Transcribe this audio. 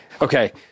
Okay